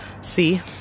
see